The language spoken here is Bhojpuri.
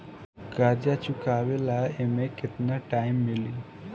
कर्जा चुकावे ला एमे केतना टाइम मिली?